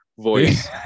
voice